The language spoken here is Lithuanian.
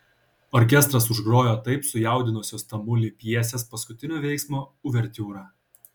orkestras užgrojo taip sujaudinusios tamulį pjesės paskutinio veiksmo uvertiūrą